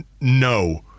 no